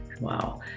Wow